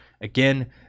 again